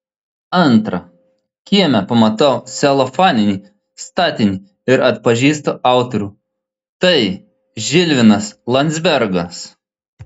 antra kieme pamatau celofaninį statinį ir atpažįstu autorių tai žilvinas landzbergas